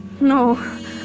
No